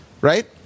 right